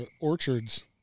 orchards